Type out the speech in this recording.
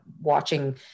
watching